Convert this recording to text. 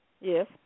Yes